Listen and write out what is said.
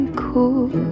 cool